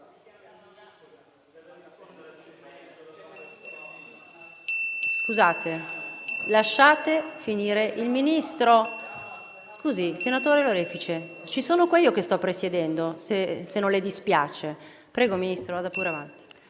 Lasciate intervenire il Ministro. Senatore Lorefice, ci sono io che sto presiedendo, se non le dispiace. Prego, Ministro, vada pure avanti.